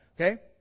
okay